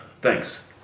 Thanks